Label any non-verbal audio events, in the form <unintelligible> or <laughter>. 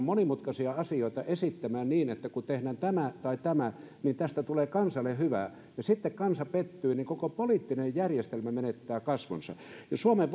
<unintelligible> monimutkaisia asioita esittämään niin että kun tehdään tämä tai tämä niin siitä tulee kansalle hyvää ja sitten kansa pettyy niin koko poliittinen järjestelmä menettää kasvonsa suomen <unintelligible>